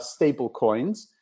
stablecoins